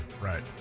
Right